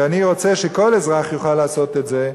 ואני רוצה שכל אזרח יוכל לעשות את זה.